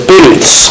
Booths